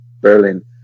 Berlin